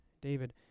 David